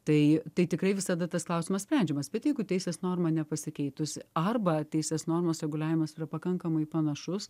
tai tai tikrai visada tas klausimas sprendžiamas bet jeigu teisės norma nepasikeitusi arba teisės normos reguliavimas yra pakankamai panašus